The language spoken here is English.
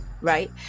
right